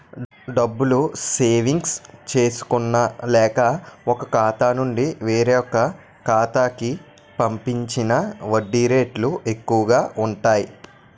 డబ్బులు సేవింగ్స్ చేసుకున్న లేక, ఒక ఖాతా నుండి వేరొక ఖాతా కి పంపించిన వడ్డీ రేట్లు ఎక్కువు గా ఉంటాయి